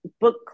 book